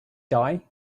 die